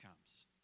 comes